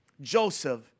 Joseph